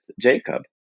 Jacob